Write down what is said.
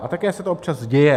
A také se to občas děje.